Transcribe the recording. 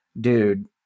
dude